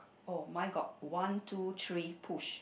oh mine got one two three push